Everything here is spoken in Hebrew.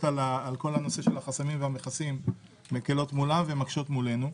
על כל החסמים והמכסים מולם ומקשות מולנו.